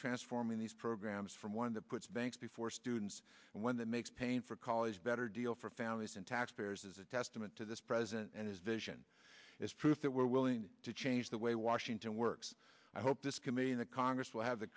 transforming these programs from one that puts banks before students when that makes paying for college better deal for families and taxpayers is a testament to this president and his vision is proof that we're willing to change the way washington works i hope this committee in the congress will have the